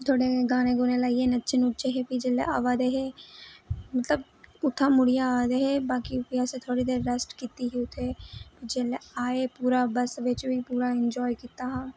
थोह्ड़े गाने गूने लाइयै नच्चे नुच्चे प्ही जिसलै आवै दे हे मतलब उत्थै मुड़ियै आवै दे हे बाकी उत्थै रुकियै थोह्ड़ी देर रैस्ट कीती जेल्लै आए बस बिच बी पूरा इन्जाय कीता हा